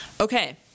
Okay